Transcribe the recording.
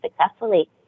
successfully